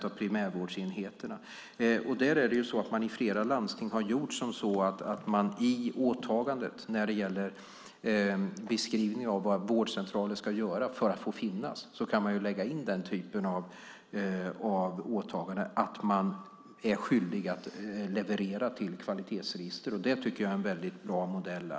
Av primärvårdsenheterna rapporterar 80 procent. I beskrivningen av vad vårdcentraler ska göra har man i flera landsting lagt in att man är skyldig att leverera till kvalitetsregister. Det är en bra modell.